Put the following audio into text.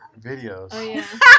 videos